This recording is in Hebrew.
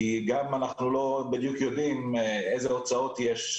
כי אנחנו לא בדיוק יודעים איזה הוצאות יש.